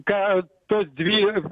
ką tos dvi